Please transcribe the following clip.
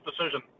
decision